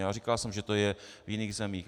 Ale říkal jsem, že to je v jiných zemích.